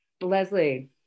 leslie